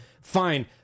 fine